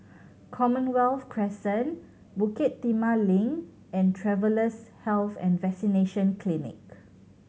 Commonwealth Crescent Bukit Timah Link and Travellers' Health and Vaccination Clinic